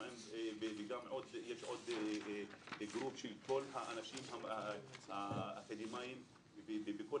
יש עוד גוף של כל האנשים האקדמאים בכל